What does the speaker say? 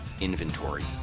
inventory